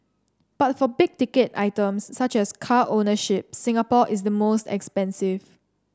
but for big ticket items such as car ownership Singapore is the most expensive